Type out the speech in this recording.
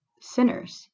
sinners